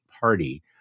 party